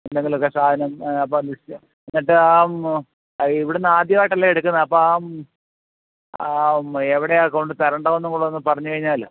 എന്തെങ്കിലുമൊക്കെ സാധനം അപ്പം ലിസ്റ്റ് എന്നിട്ട് ആ ഇവിടെന്ന് ആദ്യമായിട്ടല്ലേ എടുക്കുന്നത് അപ്പാ എവിടെയാണ് കൊണ്ടു തരേണ്ടതെന്നും കൂടൊന്ന് പറഞ്ഞ് കഴിഞ്ഞാൽ